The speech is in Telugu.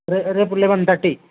రే రేపు లెవెన్ థర్టీ